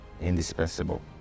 indispensable